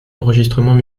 enregistrements